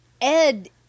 Ed